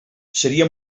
seria